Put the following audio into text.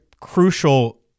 crucial